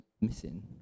missing